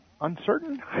Uncertain